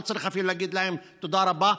לא צריך אפילו להגיד להם תודה רבה,